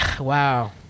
Wow